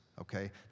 okay